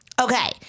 Okay